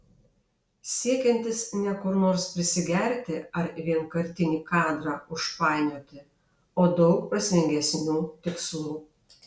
siekiantis ne kur nors prisigerti ar vienkartinį kadrą užpainioti o daug prasmingesnių tikslų